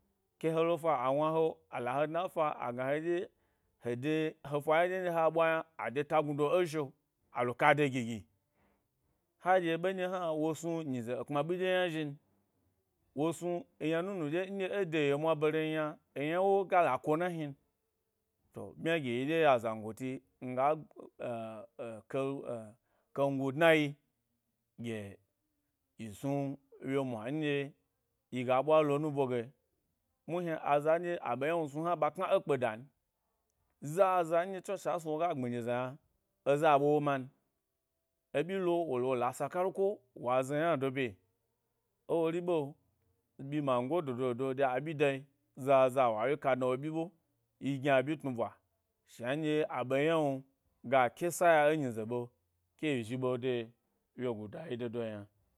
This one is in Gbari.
Ke he lo’fa a wna he ala he dna efa agna he ɗye he de efa yna ɗye nɗye ha ɓwa yna ade to gnudo ẻ zhi’o alo ka de gigi. Ha ɗye ɓe nɗye hna wo snu nyize kuma ɓyiri ɗye le zhin wo, snu yna nunu dye nɗye e da ye’o mwa bare myna eyna wo gala ko na hnin to, ɓmya gi ɗye ya zangoti miga hengu dna yi, ɗye yi snu wyemwa nɗye yi ga ɓwa lo nubo ge mu hni a zan ɗye aɓe ynawnu snu ye hna ɓa knu e kpeda zaza nɗye twashe snu woga gbmi nyize yna eza ɓwa wo man eɓyi lo, wolo wala sa kaluko wa zna wna do bye ewo ri ɓ, ɓyi mango dô do dô de aɓyi dayi zaza wa ewye kadna wo ɓyi ɓe, yi gni a ɓyi tnu ɓwa shna nɗye a ɓe ynawnu ga ke saya ẻ nyize ɓe ke yi zhi ɓe de wyegu dayi de do yna.